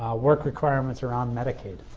work requirements around medicaid,